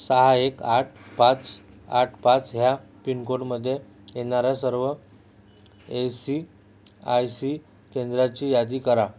सहा एक आठ पाच आठ पाच ह्या पिन कोडमध्ये येणाऱ्या सर्व ए सी आय सी केंद्राची यादी करा